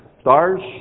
stars